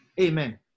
amen